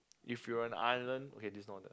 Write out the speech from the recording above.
if you're an island okay this not the